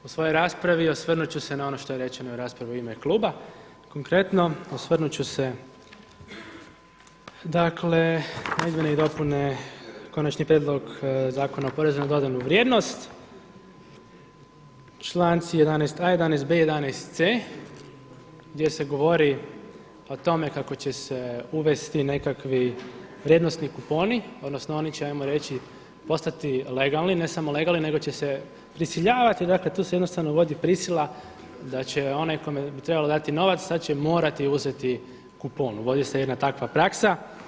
U svojoj raspravi osvrnut ću se na ono što je rečeno u raspravi u ime kluba, konkretno osvrnut ću se na izmjene i dopune konačni prijedlog Zakona o porezu na dodanu vrijednost, članci 11.a, 11.b i 11.c gdje se govori o tome kako će uvesti nekakvi vrijednosni kuponi odnosno oni će ajmo reći postati legalni, ne samo legalni nego će se prisiljavati dakle tu se jednostavno vodi prisila da će onaj kome bi trebalo dati novac da će morati uzeti kupon, uvodi se jedna takva praksa.